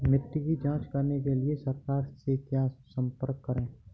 मिट्टी की जांच कराने के लिए सरकार से कैसे संपर्क करें?